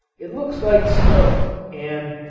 it looks like stone and,